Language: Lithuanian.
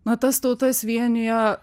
na tas tautas vienijo